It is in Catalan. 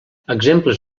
exemples